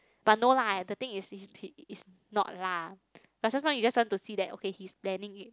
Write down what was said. but no lah the thing is is is not lah but sometimes you just want to see that okay he's planning it